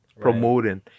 promoting